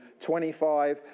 25